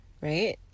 right